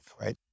right